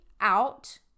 out